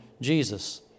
Jesus